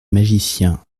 magicien